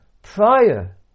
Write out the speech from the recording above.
prior